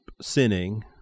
sinning